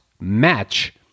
match